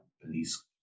police